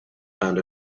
pound